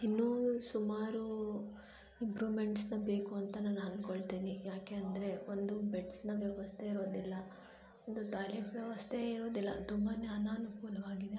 ಇನ್ನೂ ಸುಮಾರು ಇಂಪ್ರೂವ್ಮೆಂಟ್ಸ್ ಬೇಕು ಅಂತ ನಾನು ಅನ್ಕೊಳ್ತೀನಿ ಯಾಕೆಂದರೆ ಒಂದು ಬೆಡ್ಸ್ನ ವ್ಯವಸ್ಥೆ ಇರೋದಿಲ್ಲ ಒಂದು ಟಾಯ್ಲೆಟ್ ವ್ಯವಸ್ಥೆ ಇರೋದಿಲ್ಲ ತುಂಬಾ ಅನನುಕೂಲವಾಗಿದೆ